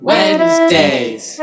Wednesdays